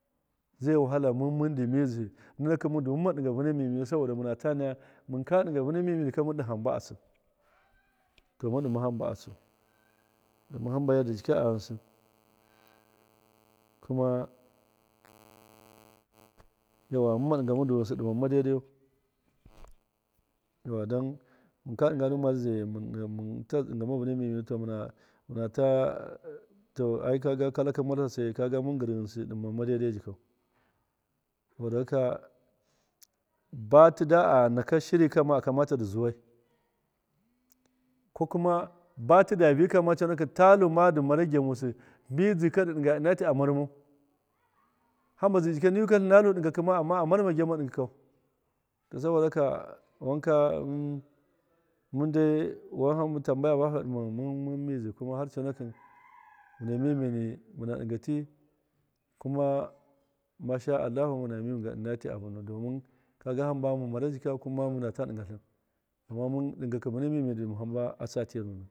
Zaiyi wahala mun mudi midzihu ndu munma diga vuuna mdmdniyu muta naya munka diga vuuna mdmdnika mun di hamba atsi to mun dimau hamba atsii domin hamba zai kika a ghinsi kuma yauwa mun mu diga munda ghinsi kuma daidai yu yauwaa don minke digadu madizai wand mun diga wanka munata ta kaga kalaki martlasi munata gari ghinsi duma mau daidai jikou ba buda anaka shirika akamata ndi zuwai ko kuma ma batuda viikamma tatla ndi mara gyamusi midzihi ndu digaiya inati amarmau hamba zai jika nuwi tinstlu ndi digaika ndi diyaka amma a murmur gyama digikou to saboda haka wanka mundai aghama tamba ya bafaa diman mun mun midzihi kuma har coonaki vuuna mdmdni muna diga tii kuma masha allah muna miyawan intii avanuwan kagu hamba mumara jika kuma diga ri vuuna mdmdni ndima hamba atsi tira ni.